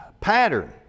pattern